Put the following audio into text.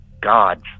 gods